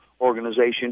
organization